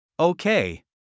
Okay